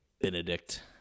Benedict